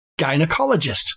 gynecologist